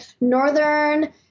northern